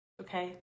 okay